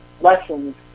lessons